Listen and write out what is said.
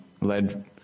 led